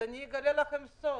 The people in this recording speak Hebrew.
אני אגלה לכם סוד,